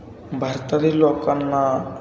भारतातील लोकांना